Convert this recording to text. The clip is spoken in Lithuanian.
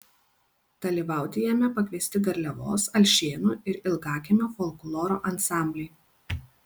dalyvauti jame pakviesti garliavos alšėnų ir ilgakiemio folkloro ansambliai